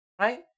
Right